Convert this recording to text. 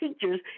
teachers